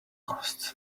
costs